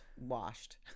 washed